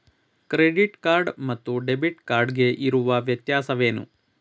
Credit card ಮತ್ತು debit card ಗೆ ಇರುವ ವ್ಯತ್ಯಾಸವೇನು?